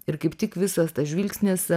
ir kaip tik visas tas žvilgsnis